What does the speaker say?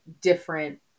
different